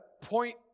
point